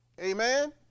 Amen